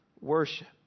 Worship